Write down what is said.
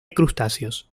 crustáceos